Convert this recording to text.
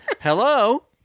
Hello